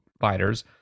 fighters